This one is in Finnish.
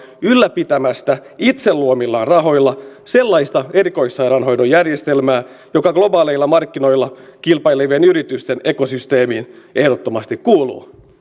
ylläpitämästä itse luomillaan rahoilla sellaista erikoissairaanhoidon järjestelmää joka globaaleilla markkinoilla kilpailevien yritysten ekosysteemiin ehdottomasti kuuluu